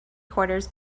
quarters